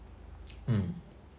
mm